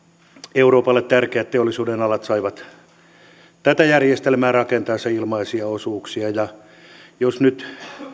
euroopalle tärkeät teollisuudenalat saivat tätä järjestelmää rakennettaessa ilmaisia osuuksia ja jos nyt